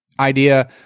idea